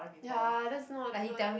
ya that's not not good